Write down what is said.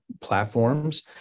platforms